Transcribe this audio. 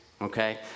Okay